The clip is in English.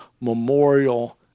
memorial